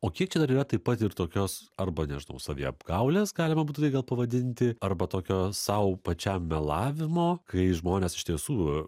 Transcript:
o kiek čia dar yra taip pat ir tokios arba nežinau saviapgaulės galima būtų taip gal pavadinti arba tokio sau pačiam melavimo kai žmonės iš tiesų